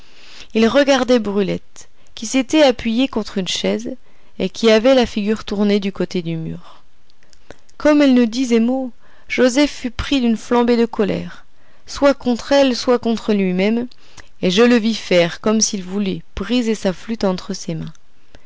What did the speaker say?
il regardait brulette qui s'était appuyée contre une chaise et qui avait la figure tournée du côté du mur comme elle ne disait mot joset fut pris d'une flambée de colère soit contre elle soit contre lui-même et je le vis faire comme s'il voulait briser sa flûte entre ses mains